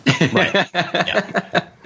Right